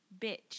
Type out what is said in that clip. Bitch